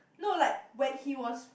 no like when he was